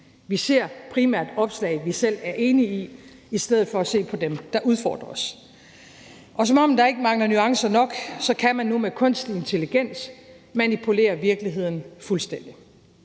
Vi ser primært opslag, vi selv er enige i, i stedet for at se på dem, der udfordrer os. Og som om der ikke er nuancer nok, kan man nu med kunstig intelligens manipulere virkeligheden fuldstændig.